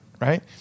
right